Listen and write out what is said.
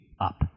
up